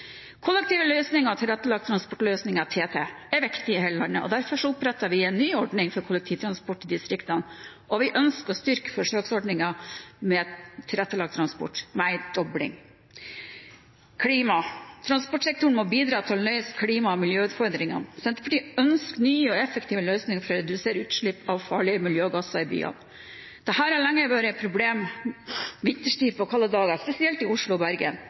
Kollektive løsninger og tilrettelagte transportløsninger, TT, er viktig i hele landet, og derfor oppretter vi en ny ordning for kollektiv transport i distriktene, og vi ønsker å styrke forsøksordningen for tilrettelagt transport med en dobling. Klima: Transportsektoren må bidra til å løse klima- og miljøutfordringene. Senterpartiet ønsker nye og effektive løsninger for å redusere utslipp av farlige miljøgasser i byene. Dette har lenge vært et problem vinterstid på kalde dager, spesielt i Oslo og Bergen.